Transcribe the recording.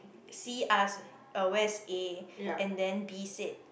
C asked uh where is A and then B said